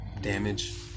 damage